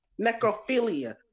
Necrophilia